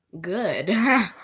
good